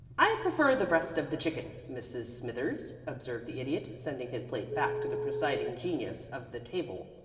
i prefer the breast of the chicken, mrs. smithers, observed the idiot, sending his plate back to the presiding genius of the table.